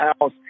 house